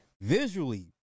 Visually